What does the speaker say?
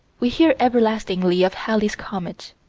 we hear everlastingly of halley's comet.